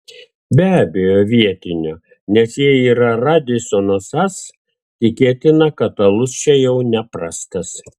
be abejo vietinio nes jei yra radisson sas tikėtina kad alus čia jau neprastas